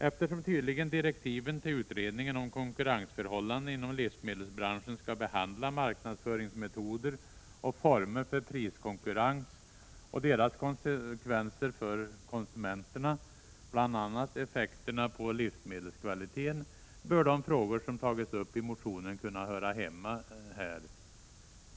Eftersom direktiven till utredningen om konkurrensförhållanden inom livsmedelsbranschen tydligen skall behandla marknadsföringsmetoder och former för priskonkurrens och deras konsekvenser för konsumenterna, bl.a. effekterna på livsmedelskvaliteten, bör de frågor som tagits upp i motionen kunna höra hemma där.